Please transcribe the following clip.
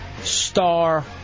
Star